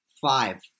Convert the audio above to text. Five